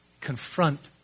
Confront